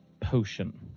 potion